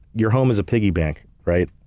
your home is a piggy bank, right?